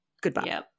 Goodbye